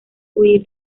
huir